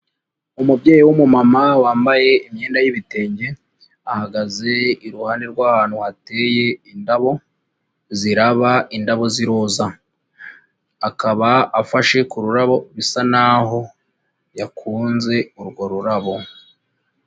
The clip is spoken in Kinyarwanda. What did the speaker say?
Umubyeyi w'umumama wambaye imyenda y'ibitenge, ahagaze iruhande rw'ahantu hateye indabo, ziraba indabo z'iroza, akaba afashe ku rurabo bisa n'aho yakunze urwo rurabo.